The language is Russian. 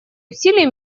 усилий